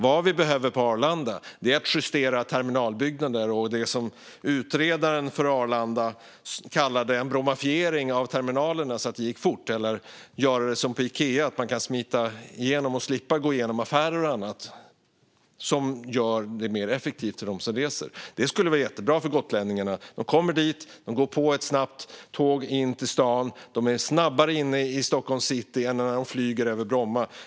Vad vi behöver göra på Arlanda är att justera terminalbyggnader och göra det som Arlandautredaren kallade en brommafiering av terminalerna så att det går fort, så att man som på Ikea kan smita igenom och slipper gå genom affärer och annat så att det blir mer effektivt för dem som reser. Det skulle vara jättebra för gotlänningarna. De kommer dit, går på ett snabbt tåg in till stan och är snabbare inne i Stockholms city än när de flyger till Bromma.